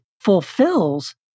fulfills